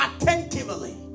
attentively